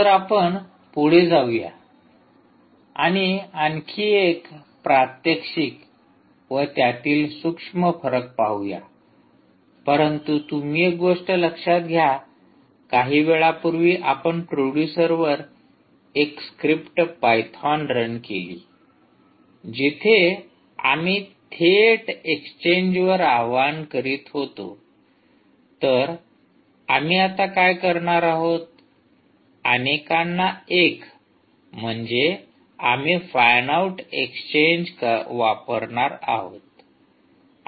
तर आपण पुढे जाऊया आणि आणखी एक प्रात्यक्षिक व त्यातील सूक्ष्म फरक पाहू या परंतु तुम्ही एक गोष्ट लक्षात घ्या काही वेळापूर्वी आपण प्रोडूसरवर एक स्क्रिप्ट पायथॉन रन केली जिथे आम्ही थेट एक्सचेंजवर आवाहन करीत होतो तर आम्ही आता काय करणार आहोत अनेकांना एक म्हणजे आम्ही फॅनआउट एक्सचेंज वापरणार आहोत